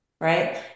right